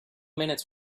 minutes